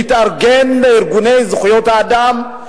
להתארגן בארגוני זכויות האדם.